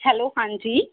hello ਹਾਂਜੀ